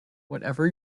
whatever